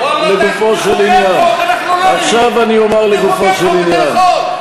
אתם פוגעים, עכשיו, אני אומר לגופו של עניין,